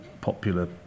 popular